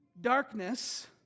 darkness